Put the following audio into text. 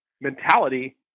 mentality